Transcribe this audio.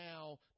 now